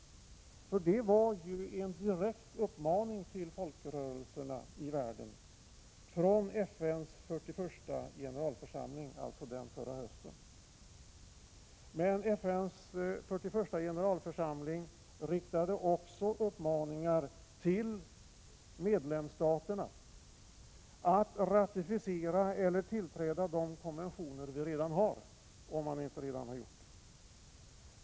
Det riktades en direkt uppmaning till folkrörelserna i världen från FN:s 41:a generalförsamling, alltså den som ägde rum förra hösten. Men FN:s 41:a generalförsamling riktade också uppmaningar till medlemsstaterna att ratificera eller tillträda de konventioner vi redan har, om man inte redan har gjort det.